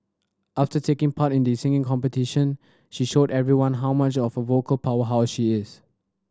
after taking part in the singing competition she showed everyone how much of a vocal powerhouse she is